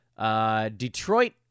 Detroit